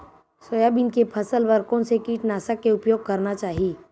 Soybean के फसल बर कोन से कीटनाशक के उपयोग करना चाहि?